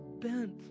bent